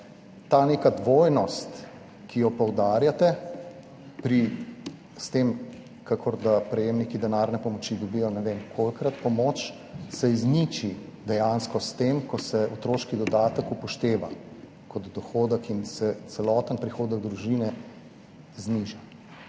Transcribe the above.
ta neka dvojnost, ki jo poudarjate, češ, da prejemniki denarne pomoči dobijo ne vem kolikokrat pomoč, se izniči dejansko s tem, ko se otroški dodatek upošteva kot dohodek in se celoten prihodek družine zniža.